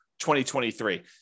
2023